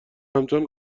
همچون